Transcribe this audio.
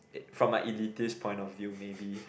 it from my elitise point of view maybe